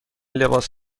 لباس